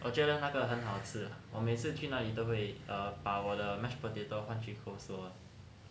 我觉得那个很好吃 lah 我每次去那里都会把我的 mash potato 换去 coleslaw lah